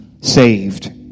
saved